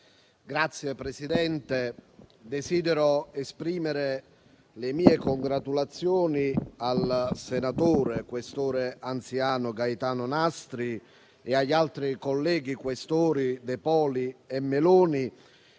Signora Presidente, desidero esprimere le mie congratulazioni al senatore Questore anziano Gaetano Nastri e agli altri colleghi Questori De Poli e Meloni